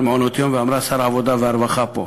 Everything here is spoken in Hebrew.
מעונות-יום ואמרה: שר העבודה והרווחה פה.